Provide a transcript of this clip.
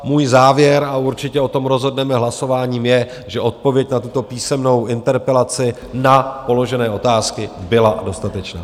Můj závěr a určitě o tom rozhodneme hlasováním je, že odpověď na tuto písemnou interpelaci, na položené otázky, byla dostatečná.